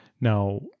Now